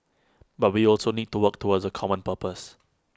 but we also need to work towards A common purpose